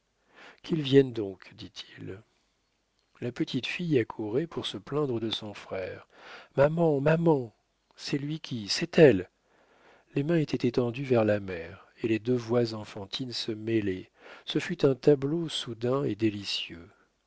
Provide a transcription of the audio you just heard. qu'ils viennent donc dit-il la petite fille accourait pour se plaindre de son frère maman maman c'est lui qui c'est elle les mains étaient étendues vers la mère et les deux voix enfantines se mêlaient ce fut un tableau soudain et délicieux